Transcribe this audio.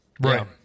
Right